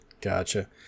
Gotcha